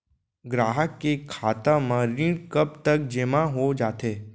ग्राहक के खाता म ऋण कब तक जेमा हो जाथे?